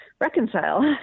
reconcile